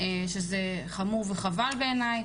שזה חמור וחבל בעיניי,